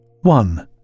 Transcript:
One